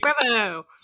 bravo